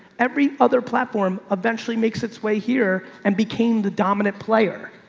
every other platform eventually makes its way here and became the dominant player.